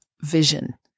vision